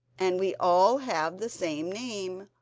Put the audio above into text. and we all have the same name,